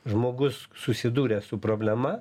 žmogus susidūręs su problema